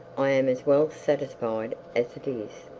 i am as well satisfied as it is.